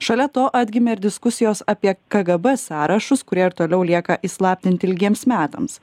šalia to atgimė ir diskusijos apie kgb sąrašus kurie ir toliau lieka įslaptinti ilgiems metams